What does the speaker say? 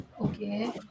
Okay